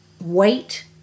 wait